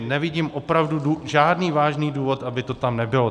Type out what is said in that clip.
Nevidím opravdu žádný vážný důvod, aby to tam nebylo.